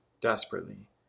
desperately